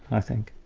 i think.